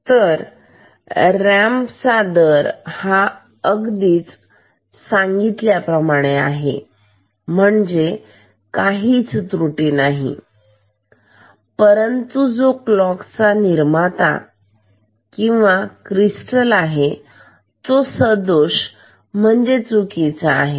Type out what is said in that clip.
तर रॅम्प दर हा अगदी सांगितल्याप्रमाणेच आहे म्हणजे काहीही त्रुटी नाही परंतु जो क्लॉक निर्माता किंवा क्रिस्टल आहे तो सदोष म्हणजे चुकीचा आहे